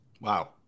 Wow